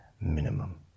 minimum